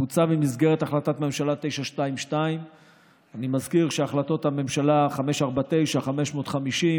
בוצע במסגרת החלטת ממשלה 922. אני מזכיר שהחלטות הממשלה 549 ו-550,